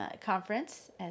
conference